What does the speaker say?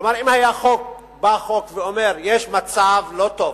כלומר, אם היה בא החוק ואומר: יש מצב לא טוב,